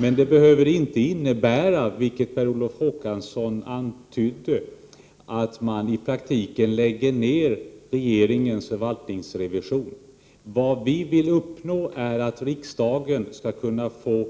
Men det behöver inte innebära, vilket Per Olof Håkansson antydde, att man i praktiken lägger ned regeringens förvaltningsrevision. Vad vi vill uppnå är att riksdagen skall kunna få